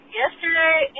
yesterday